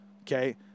Okay